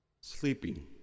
sleeping